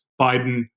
Biden